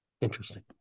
Interesting